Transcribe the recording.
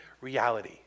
reality